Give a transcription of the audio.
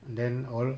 then all